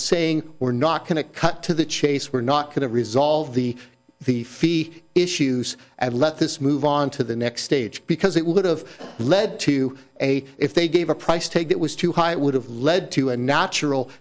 saying we're not going to cut to the chase we're not going to resolve the the fee issues and let this move on to the next stage because it would have led to a if they gave a price tag that was too high it would have led to a natural